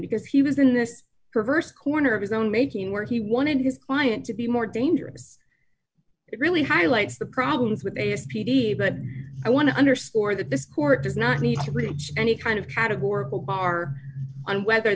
because he was in this perverse corner of his own making where he wanted his client to be more dangerous it really highlights the problems with a s p d but i want to underscore that this court does not need to reach any kind of categorical bar on whether